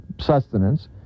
sustenance